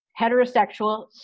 heterosexual